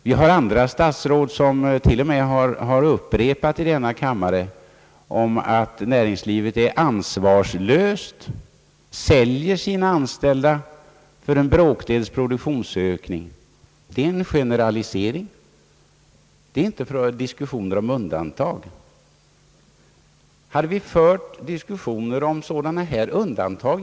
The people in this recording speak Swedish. Det finns andra statsråd som till och med har upprepat i denna kammare att näringslivet är ansvarslöst och säljer sina anställda för en bråkdels produktionsökning. Det är en generalisering. Diskussionen har inte gällt undantagen.